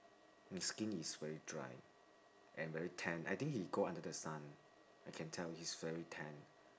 his skin is very dry and very tan I think he go under the sun I can tell he's very tan